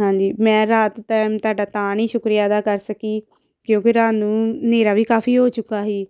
ਹਾਂਜੀ ਮੈਂ ਰਾਤ ਟਾਈਮ ਤੁਹਾਡਾ ਤਾਂ ਨਹੀਂ ਸ਼ੁਕਰੀਆ ਅਦਾ ਕਰ ਸਕੀ ਕਿਉਂਕਿ ਰਾਤ ਨੂੰ ਹਨੇਰਾ ਵੀ ਕਾਫ਼ੀ ਹੋ ਚੁੱਕਾ ਸੀ